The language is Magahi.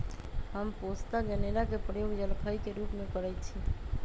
हम पोस्ता जनेरा के प्रयोग जलखइ के रूप में करइछि